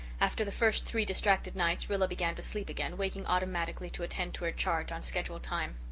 after the first three distracted nights rilla began to sleep again, waking automatically to attend to her charge on schedule time.